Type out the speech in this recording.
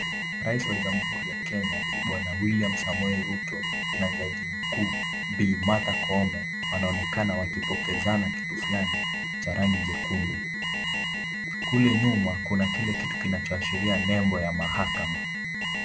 Rais wa jamhuri ya Kenya, Bwana William Samoei Ruto na jaji mkuu Bi. Martha Koome, wanaonekana wakipokezana kitu fulani cha rangi jekundu. Kule nyuma kuna kile kitu kinachoashiria nembo ya mahakama.